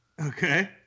Okay